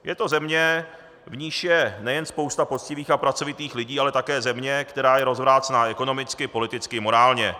Je to země, v níž je nejen spousta poctivých a pracovitých lidí, ale také země, která je rozvrácena ekonomicky, politicky i morálně.